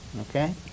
Okay